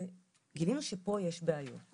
גילינו שפה ישנה בעיה.